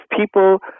people